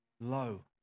low